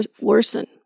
worsen